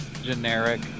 generic